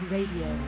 Radio